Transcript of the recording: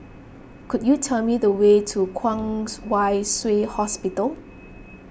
could you tell me the way to Kwong Wai Shiu Hospital